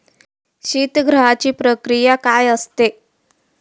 शीतगृहाची प्रक्रिया काय असते?